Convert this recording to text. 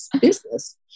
business